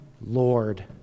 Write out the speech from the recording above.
Lord